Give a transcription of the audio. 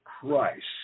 Christ